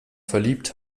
verliebt